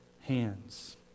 hands